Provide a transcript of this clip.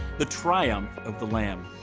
the triumph of the lamb.